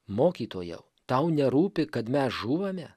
mokytojau tau nerūpi kad mes žūvame